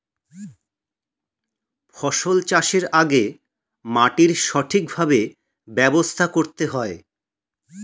ফসল চাষের আগে মাটির সঠিকভাবে ব্যবস্থা করতে হয়